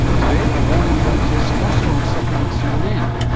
today, a warning about testosterone supplements in men.